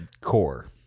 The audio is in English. core